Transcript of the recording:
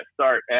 start